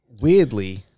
weirdly